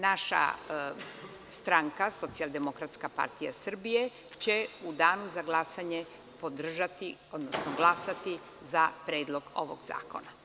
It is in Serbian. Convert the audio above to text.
Naša stranka, Socijaldemokratska partija Srbije, će u danu za glasanje podržati, odnosno glasati za Predlog ovog zakona.